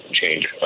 change